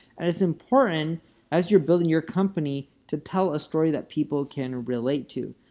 and it's important as you're building your company to tell a story that people can relate to.